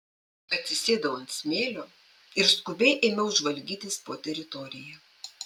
atsisėdau ant smėlio ir skubiai ėmiau žvalgytis po teritoriją